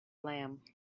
lamb